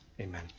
Amen